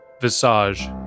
Visage